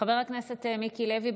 חבר הכנסת מיקי לוי,